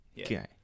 Okay